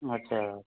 अच्छा